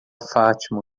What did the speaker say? fátima